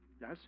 Yes